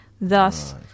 thus